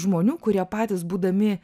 žmonių kurie patys būdami